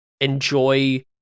enjoy